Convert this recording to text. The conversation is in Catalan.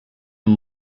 amb